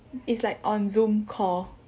it's like on zoom call